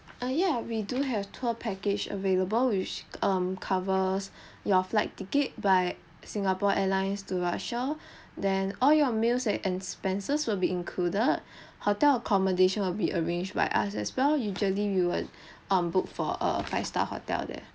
err yeah we do have tour package available which um covers your flight ticket by singapore airlines to russia then all your meals and expenses will be included hotel accommodation will be arranged by us as well usually we would um book for a five star hotel there